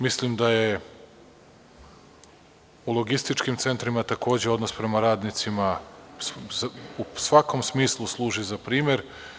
Mislim da u logističkim centrima takođe odnos prema radnicima u svakom smislu služi za primer.